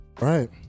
right